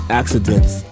accidents